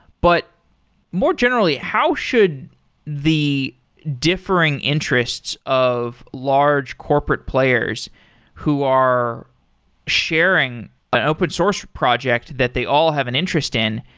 but more generally, how should the differing interests of large corporate players who are sharing an open source project that they all have an interest in,